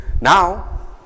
now